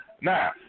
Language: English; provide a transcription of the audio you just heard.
Now